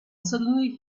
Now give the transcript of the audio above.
suddenly